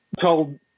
told